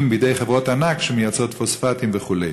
בידי חברות ענק שמייצרות פוספטים וכו'?